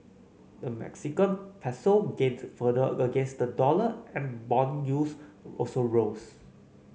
the Mexican peso gained further against the dollar and bond yields also rose